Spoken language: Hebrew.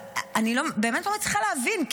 אני באמת לא מצליחה להבין.